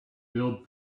build